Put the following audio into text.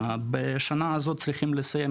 בשנה הזאת צריכים לסיים,